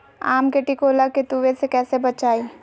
आम के टिकोला के तुवे से कैसे बचाई?